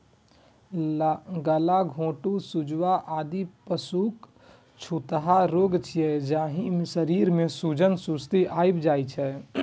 गलाघोटूं, सुजवा, आदि पशुक छूतहा रोग छियै, जाहि मे शरीर मे सूजन, सुस्ती आबि जाइ छै